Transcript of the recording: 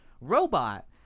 robot